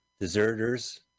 Deserters